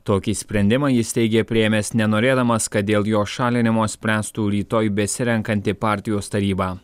tokį sprendimą jis teigė priėmęs nenorėdamas kad dėl jo šalinimo spręstų rytoj besirenkanti partijos taryba